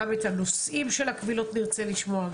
גם את הנושאים של הקבילות נרצה לשמוע,